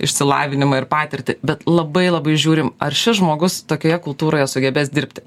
išsilavinimą ir patirtį bet labai labai žiūrim ar šis žmogus tokioje kultūroje sugebės dirbti